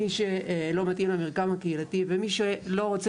מי שלא מתאים למרקם הקהילתי ומי שלא רוצה